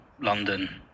london